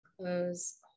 Close